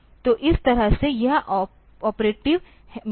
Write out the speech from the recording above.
तो इस तरह से यह ऑपरेटिव में है